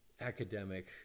academic